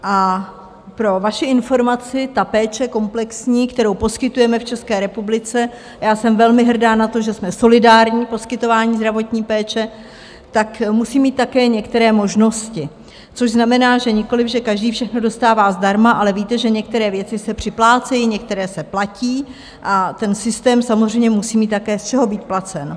A pro vaši informaci, ta péče komplexní, kterou poskytujeme v České republice, a já jsem velmi hrdá na to, že jsme solidární v poskytování zdravotní péče, musí mít také některé možnosti, což znamená, že nikoliv že každý všechno dostává zdarma, ale víte, že některé věci se připlácejí, některé se platí a ten systém samozřejmě musí mít také z čeho být placen.